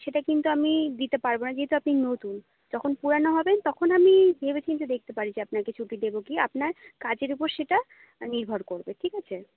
সেটা কিন্তু আমি দিতে পারব না যেহেতু আপনি নতুন যখন পুরনো হবেন তখন আমি ভেবে চিন্তে দেখতে পারি যে আপনাকে ছুটি দেবো কি আপনার কাজের উপর সেটা নির্ভর করবে ঠিক আছে